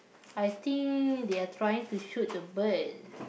I think they are trying to shoot the bird